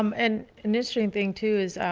um and industry and thing to is,